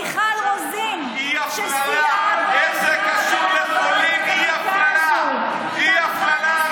מיכל רוזין, שסייעה ועזרה, אי-הפללה,